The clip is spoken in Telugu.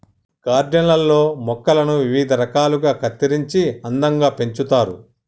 గార్డెన్ లల్లో మొక్కలను వివిధ రకాలుగా కత్తిరించి అందంగా పెంచుతారు